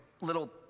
little